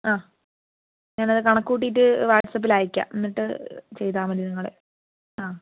ആ ഞാനത് കണക്ക് കൂട്ടിയിട്ട് വാട്ട്സപ്പിൽ അയക്കാം എന്നിട്ട് ചെയ്താൽ മതി നിങ്ങൾ ആ